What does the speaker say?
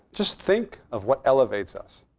just think of what elevates us.